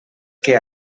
què